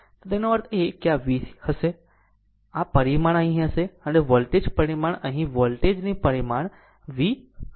તો તેનો અર્થ એ કે V હશે અને પરિમાણ અહીં હશે અને વોલ્ટેજ પરિમાણ અહીં વોલ્ટેજ ની પરિમાણ V હશે